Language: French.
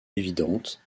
évidentes